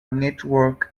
network